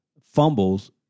fumbles